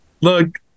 Look